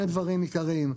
דברים עיקריים: